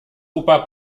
oper